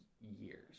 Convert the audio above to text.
years